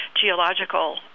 geological